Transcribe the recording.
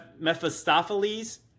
Mephistopheles